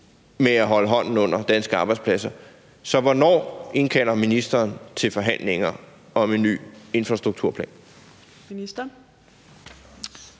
med at holde hånden under danske arbejdspladser. Så hvornår indkalder ministeren til forhandlinger om en ny infrastrukturplan?